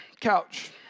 couch